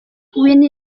winnie